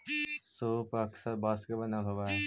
सूप पअक्सर बाँस के बनल होवऽ हई